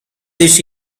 this